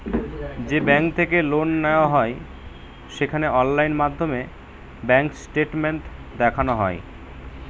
যে ব্যাঙ্ক থেকে লোন নেওয়া হয় সেখানে অনলাইন মাধ্যমে ব্যাঙ্ক স্টেটমেন্ট দেখানো হয়